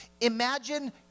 Imagine